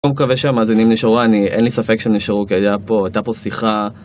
אני מקווה שהמאזינים נשארו, אין לי ספק שהם נשארו, כי הייתה פה שיחה.